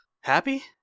Happy